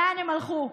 לאן הם הלכו.